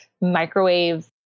microwave